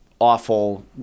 awful